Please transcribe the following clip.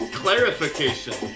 clarification